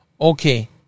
Okay